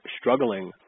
struggling